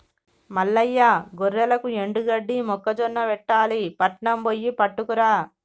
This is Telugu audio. మల్లయ్య గొర్రెలకు ఎండుగడ్డి మొక్కజొన్న పెట్టాలి పట్నం బొయ్యి పట్టుకురా